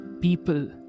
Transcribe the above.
people